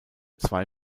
zwei